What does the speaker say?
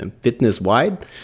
fitness-wide